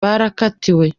bakatiwe